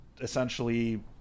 essentially